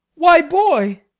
why, boy!